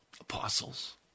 apostles